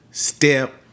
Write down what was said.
step